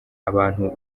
abantu